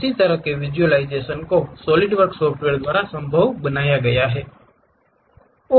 इस तरह के विज़ुअलाइज़ेशन को सॉलिडवर्क्स सॉफ्टवेयर द्वारा संभव बनाया गया है